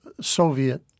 Soviet